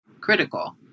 critical